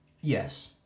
Yes